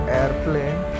airplane